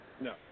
No